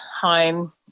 home